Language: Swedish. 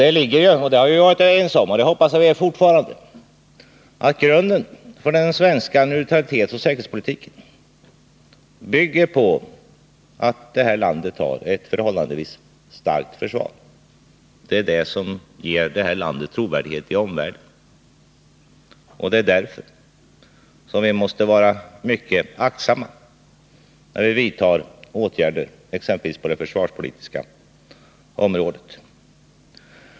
En viktig grund är — det har vi varit överens om, och det hoppas jag att vi fortfarande är — att den svenska neutralitetsoch säkerhetspolitiken bygger på att landet har ett förhållandevis starkt försvar. Det är det som ger vårt land trovärdighet i omvärlden, och det är därför som vi måste vara mycket aktsamma när vi vidtar åtgärder på exempelvis det försvarspolitiska området.